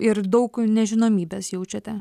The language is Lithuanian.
ir daug nežinomybės jaučiate